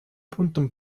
пунктом